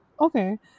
Okay